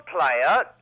player